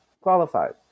qualified